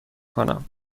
کنم